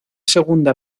segunda